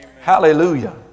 Hallelujah